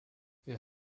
wir